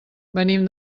venim